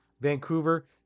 Vancouver